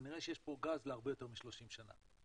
כנראה שיש פה גז להרבה יותר מ-30 שנה.